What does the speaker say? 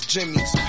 Jimmy's